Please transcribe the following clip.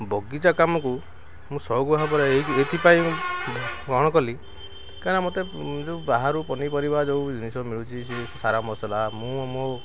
ବଗିଚା କାମକୁ ମୁଁ ସଉକ ଭାବରେ ଏଇଥିପାଇଁ ଗ୍ରହଣ କଲି କାରଣ ମତେ ଯେଉଁ ବାହାରୁ ପନିପରିବା ଯେଉଁ ଜିନିଷ ମିଳୁଛି ସେ ସାରା ମସଲା ମୁଁ ମୋ